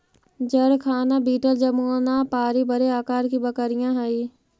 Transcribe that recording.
जरखाना बीटल जमुनापारी बड़े आकार की बकरियाँ हई